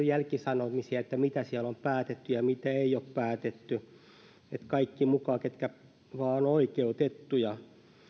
jälkisanomisia että mitä siellä on päätetty ja mitä ei ole päätetty eli kaikki mukaan ketkä vain ovat oikeutettuja